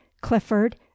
Clifford